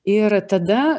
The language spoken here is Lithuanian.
ir tada